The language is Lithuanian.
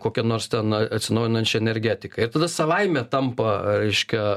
kokią nors ten atsinaujinančią energetiką ir tada savaime tampa reiškia